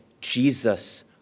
Jesus